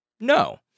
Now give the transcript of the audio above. No